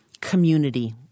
community